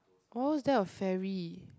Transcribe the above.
orh is that a ferry